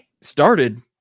started